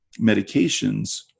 medications